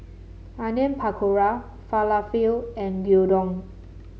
Onion Pakora Falafel and Gyudon